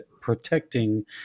protecting